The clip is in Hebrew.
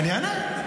אני אענה.